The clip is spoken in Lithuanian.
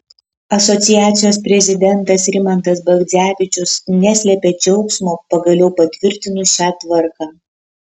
asociacijos prezidentas rimantas bagdzevičius neslėpė džiaugsmo pagaliau patvirtinus šią tvarką